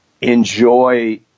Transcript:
enjoy